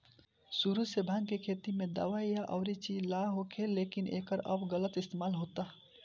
सुरु से भाँग के खेती दावा या अउरी चीज ला होखे, लेकिन एकर अब गलत इस्तेमाल होता